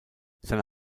seine